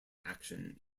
action